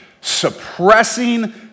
suppressing